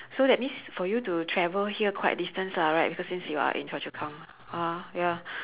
so that means for you to travel here quite a distance ah right because since you are in choa chu kang ah ya